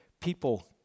people